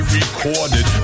recorded